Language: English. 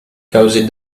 caused